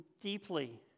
deeply